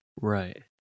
Right